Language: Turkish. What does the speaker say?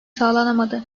sağlanamadı